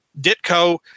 ditko